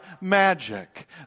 magic